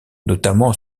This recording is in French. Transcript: notamment